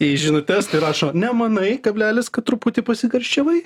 į žinutes rašo nemanai kablelis kad truputį pasikarščiavai